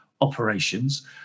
operations